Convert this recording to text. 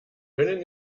können